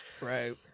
Right